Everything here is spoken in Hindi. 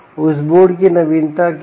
उस बोर्ड की नवीनता क्या है